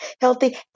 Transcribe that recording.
healthy